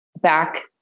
back